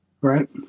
Right